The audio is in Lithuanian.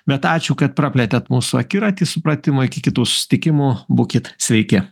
bet ačiū kad praplėtėt mūsų akiratį supratimui iki kitų susitikimų būkit sveiki